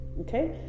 okay